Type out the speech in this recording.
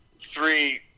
three